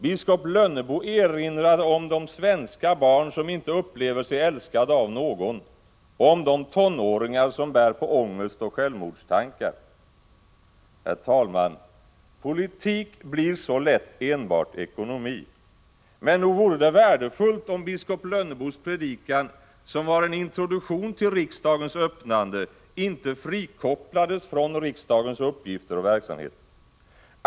Biskop Lönnebo erinrade om de svenska barn som inte upplever sig vara älskade av någon, om de tonåringar som bär på ångest och självmordstankar. Herr talman! Politik blir så lätt enbart ekonomi. Men nog vore det värdefullt om biskop Lönnebos predikan, som var en introduktion till riksdagens öppnande, inte frikopplades från riksdagens uppgifter och verksamhet.